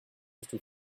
sous